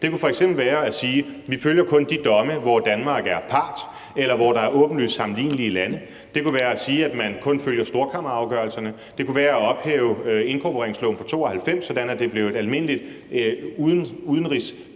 Det kunne f.eks. være at sige, at vi kun følger de domme, hvor Danmark er part, eller hvor der er åbenlyst sammenlignelige lande. Det kunne være at sige, at man kun følger storkammerafgørelserne. Det kunne være at ophæve inkorporeringsloven fra 1992, så det blev et almindeligt udenrigsdokument,